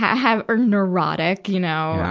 have, ur, neurotic, you know,